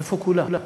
איפה כולם?